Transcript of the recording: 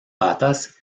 patas